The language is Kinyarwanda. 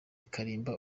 kalimba